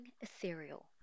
ethereal